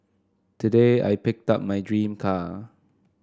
today I picked up my dream car